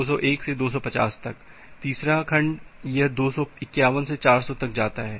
201 से 250 तक तीसरा खंड यह 251 से 400 तक जाता है